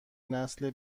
نسل